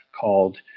called